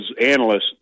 analysts